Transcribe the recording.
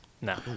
No